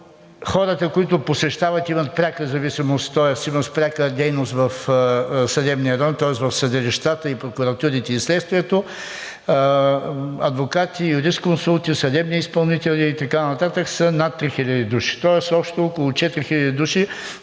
хората, които посещават, имат пряка зависимост, тоест имат пряка дейност в съдебния район, тоест в съдилищата, прокуратурите и следствието. Адвокати, юрисконсулти, съдебни изпълнители и така нататък са над 3000 души. Тоест общо около 4000 души